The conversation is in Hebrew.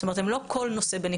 זאת אומרת, הם לא כל נושא בנפרד.